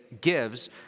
gives